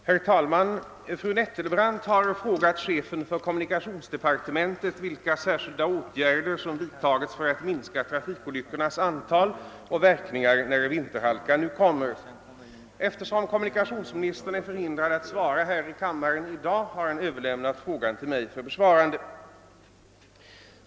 Herr talman! Fru Nettelbrandt har frågat chefen för kommunikationsdepartementet vilka särskilda åtgärder som vidtagits för att minska trafikolyckornas antal och verkningar när vinterhalkan nu kommer. Eftersom kommu nikationsministern är förhindrad att svara här i kammaren i dag, har han överlämnat frågan till mig för besvarande.